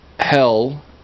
Hell